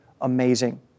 amazing